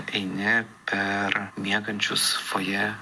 eini per miegančius fojė